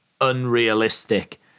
unrealistic